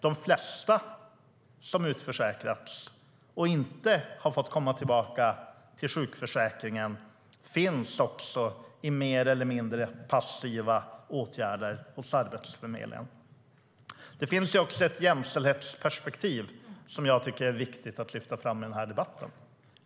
De flesta som har utförsäkrats och inte har fått komma tillbaka till sjukförsäkringen finns i mer eller mindre passiva åtgärder hos Arbetsförmedlingen.Det finns också ett jämställdhetsperspektiv som jag tycker att det är viktigt att lyfta fram i den här debatten.